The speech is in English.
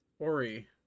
Ori